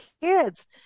kids